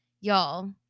Y'all